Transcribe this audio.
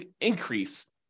increase